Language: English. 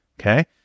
Okay